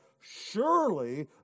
surely